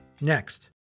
Next